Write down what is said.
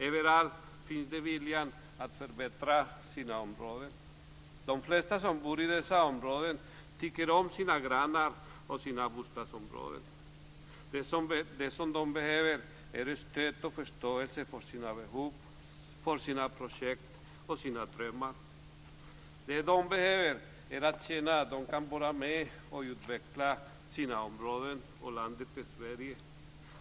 Överallt finns det viljan att förbättra sina områden. De flesta som bor i dessa områden tycker om sina grannar och sitt bostadsområde. Det de behöver är stöd och förståelse för sina behov, för sina projekt och drömmar. Det de behöver är att känna att de kan vara med och utveckla sina områden i landet Sverige.